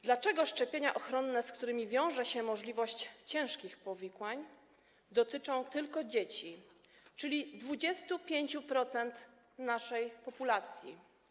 Dlaczego szczepienia ochronne, z którymi wiąże się możliwość ciężkich powikłań, dotyczą tylko dzieci, czyli 25% naszej populacji?